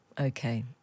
Okay